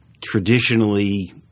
traditionally